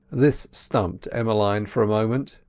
this stumped emmeline for a moment.